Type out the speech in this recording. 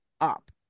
up